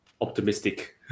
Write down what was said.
optimistic